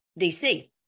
DC